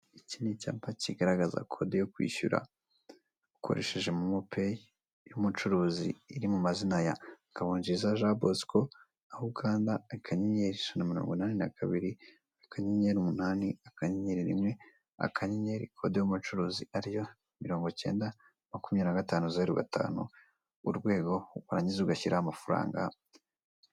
Iki ni icyapa kigaragaza kode yo kwishyura ukoresheje momo payi y'umucuruzi iri mu mazina ya Ngabonziza Jean Bosco, aho ukanda akanyenyeri ijana na miromgo inani na kabiri akanyenyeri umunani akanyenyeri rimwe akanyenyeri kode y'umucuruzi ariyo mirongo icyenda makumyabiri na gatanu zeru gatanu urwego warangiza ugashyiraho amafaranga.